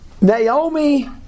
Naomi